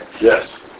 Yes